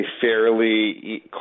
fairly